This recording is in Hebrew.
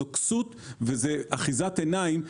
זאת כסות ואחיזת עיניים.